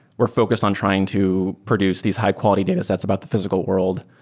were focused on trying to produce these high-quality datasets about the physical world.